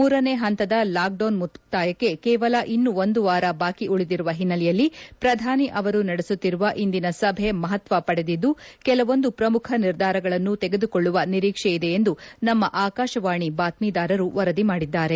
ಮೂರನೇ ಪಂತದ ಲಾಕ್ಡೌನ್ ಮುಕ್ತಾಯಕ್ಕೆ ಕೇವಲ ಇನ್ನು ಒಂದು ವಾರ ಬಾಕಿ ಉಳಿದಿರುವ ಹಿನ್ನೆಲೆಯಲ್ಲಿ ಪ್ರಧಾನಿ ಅವರು ನಡೆಸುತ್ತಿರುವ ಇಂದಿನ ಸಭೆ ಮಹತ್ವ ಪಡೆದಿದ್ದು ಕೆಲವೊಂದು ಪ್ರಮುಖ ನಿರ್ಧಾರಗಳನ್ನು ತೆಗೆದುಕೊಳ್ಳುವ ನಿರೀಕ್ಷೆ ಇದೆ ಎಂದು ನಮ್ನ ಆಕಾಶವಾಣಿ ಬಾತ್ತೀದಾರರು ವರದಿ ಮಾಡಿದ್ದಾರೆ